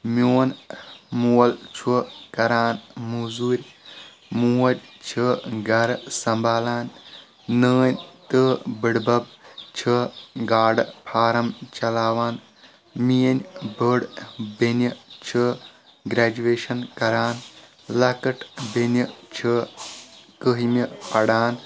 میون مول چھُ کران موزوٗرۍ موج چھِ گرٕ سنبالان نٲنۍ تہٕ بٔڈۍبب چھِ گاڈٕ فارم چلاوان میٲنۍ بٔڑ بیٚنہِ چھِ گریجویشن کران لۄکٕٹ بیٚنہِ چھِ کٔہمہِ پران